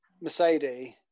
Mercedes